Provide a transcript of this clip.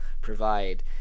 provide